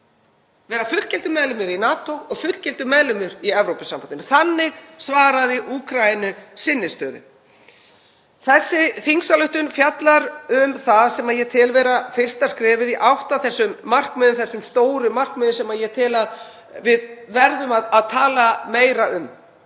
vera fullgildur meðlimur í NATO og fullgildur meðlimur í Evrópusambandinu. Þannig svaraði Úkraína sinni stöðu. Þessi þingsályktun fjallar um það sem ég tel vera fyrsta skrefið í átt að þessum markmiðum, þessum stóru markmiðum sem ég tel að við verðum að tala meira um